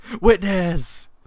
Witness